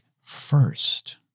first